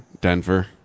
Denver